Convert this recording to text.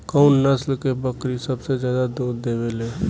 कउन नस्ल के बकरी सबसे ज्यादा दूध देवे लें?